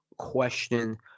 question